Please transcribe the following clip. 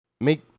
make